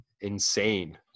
insane